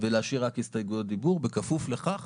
ולהשאיר רק הסתייגויות דיבור, בכפוף לכך